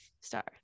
star